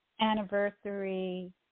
anniversary